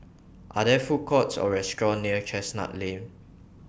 Are There Food Courts Or restaurants near Chestnut Lane